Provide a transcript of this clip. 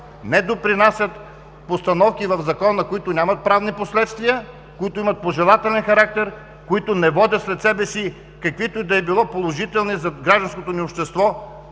Не допринасят постановки в Закона, които нямат правни последствия, които имат пожелателен характер, които не водят след себе си каквито и да било положителни за гражданското ни общество